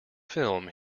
film